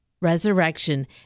Resurrection